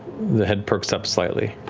the head perks up slightly.